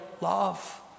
love